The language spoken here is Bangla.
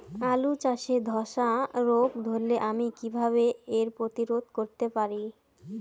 আলু চাষে ধসা রোগ ধরলে আমি কীভাবে এর প্রতিরোধ করতে পারি?